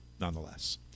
nonetheless